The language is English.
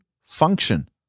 function